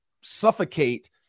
suffocate